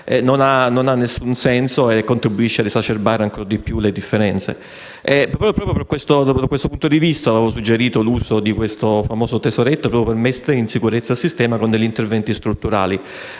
non ha alcun senso e contribuisce a esacerbare ancora di più le differenze. Da questo punto di vista avevo suggerito l'uso del famoso tesoretto, proprio per mettere in sicurezza il sistema con interventi strutturali.